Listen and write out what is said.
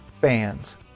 fans